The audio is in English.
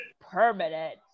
permanent